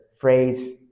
phrase